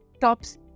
tops